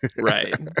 Right